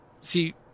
See